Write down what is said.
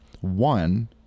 one